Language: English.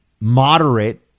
moderate